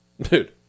dude